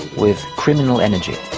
with criminal energy.